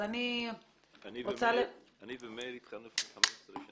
אז אני רוצה ל --- אני ומאיר התחלנו לפני 15 שנה.